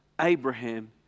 Abraham